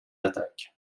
attaque